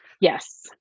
Yes